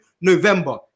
November